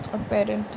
apparently